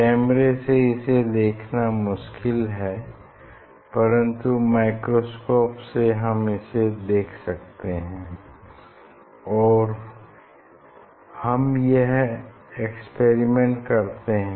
कैमरे से इसे देखना मुश्किल है परन्तु माइक्रोस्कोप से हम इसे देख सकते हैं और हम यह एक्सपेरिमेंट करते हैं